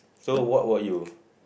so what about you